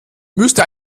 müsste